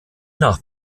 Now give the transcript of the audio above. nach